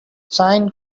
sine